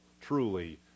truly